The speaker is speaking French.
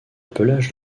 pelage